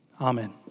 Amen